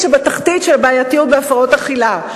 שבתחתית של הבעייתיות בהפרעות אכילה.